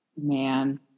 Man